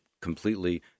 completely